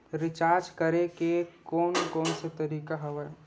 Recharge करे के कोन कोन से तरीका हवय?